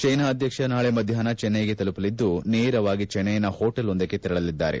China ಅಧ್ಯಕ್ಷ ನಾಳೆ ಮಧ್ಯಾಹ್ನ ಚೆನ್ನೈಗೆ ತಲುಪಲಿದ್ದು ನೇರವಾಗಿ ಚೆನ್ನೈನ ಹೊಟೇಲ್ವೊಂದಕ್ಕೆ ತೆರಳಲಿದ್ದಾರೆ